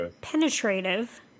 penetrative